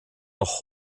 noch